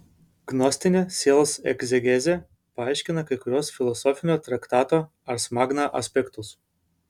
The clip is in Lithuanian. gnostinė sielos egzegezė paaiškina kai kuriuos filosofinio traktato ars magna aspektus